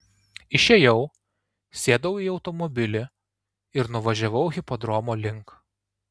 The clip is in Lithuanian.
išėjau sėdau į automobilį ir nuvažiavau hipodromo link